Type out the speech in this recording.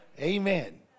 amen